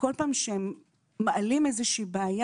כל פעם שהם מעלים איזושהי בעיה,